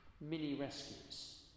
mini-rescues